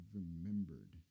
remembered